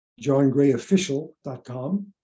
johngrayofficial.com